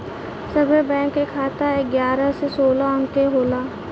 सभे बैंक के खाता एगारह से सोलह अंक के होला